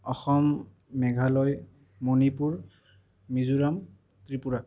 Assam Meghalaya Manipur Mizoram Tripura